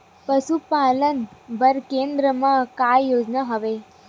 पशुपालन बर केन्द्र म का योजना हवे?